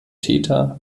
täter